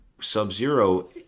Sub-Zero